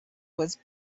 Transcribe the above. was